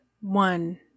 one